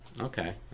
Okay